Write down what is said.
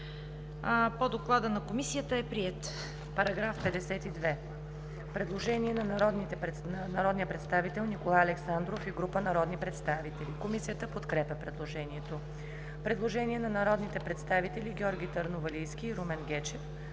По § 52 има предложение на народния представител Николай Александров и група народни представители. Комисията подкрепя предложението. Предложение на народните представители Георги Търновалийски и Румен Гечев.